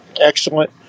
excellent